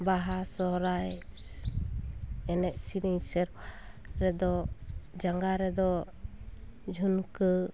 ᱵᱟᱦᱟ ᱥᱚᱦᱨᱟᱭ ᱮᱱᱮᱡ ᱥᱮᱨᱮᱧ ᱥᱮᱨᱣᱟ ᱨᱮᱫᱚ ᱡᱟᱸᱜᱟ ᱨᱮᱫᱚ ᱡᱷᱩᱱᱠᱟᱹ